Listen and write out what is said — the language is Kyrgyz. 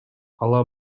ала